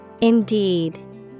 Indeed